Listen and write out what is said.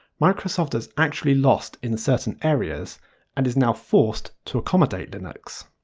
microsoft has actually lost in certain areas and is now forced to accommodate linux.